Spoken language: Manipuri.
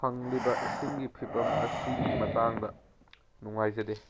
ꯐꯪꯂꯤꯕ ꯏꯁꯤꯡꯒꯤ ꯐꯤꯚꯝ ꯑꯁꯤꯒꯤ ꯃꯇꯥꯡꯗ ꯅꯨꯡꯉꯥꯏꯖꯗꯦ